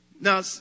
Now